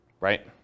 Right